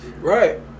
Right